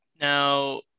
Now